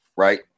right